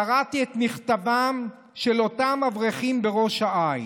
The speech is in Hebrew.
קראתי את מכתבם של אותם אברכים בראש העין.